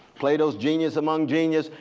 plato's genius among genius,